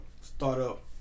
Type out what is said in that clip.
startup